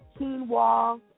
quinoa